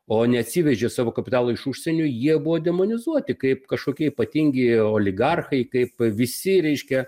o neatsivežė savo kapitalo iš užsienio jie buvo demonizuoti kaip kažkokie ypatingi oligarchai kaip visi reiškia